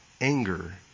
anger